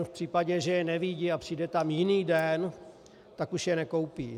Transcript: V případě, že je nevidí a přijde tam jiný den, tak už je nekoupí.